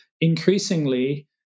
increasingly